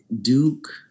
Duke